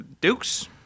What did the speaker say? Dukes